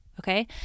Okay